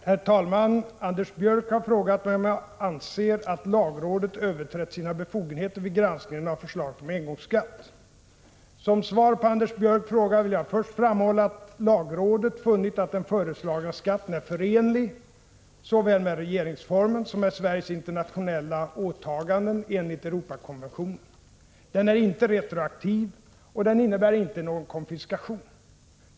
Herr talman! Anders Björck har frågat mig om jag anser att lagrådet överträtt sina befogenheter vid granskningen av förslaget om engångsskatt. Som svar på Anders Björcks fråga vill jag först framhålla att lagrådet funnit att den föreslagna skatten är förenlig såväl med regeringsformen som med Sveriges internationella åtaganden enligt Europakonventionen. Den är inte retroaktiv, och den innebär inte någon konfiskation.